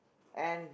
and